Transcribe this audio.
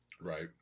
Right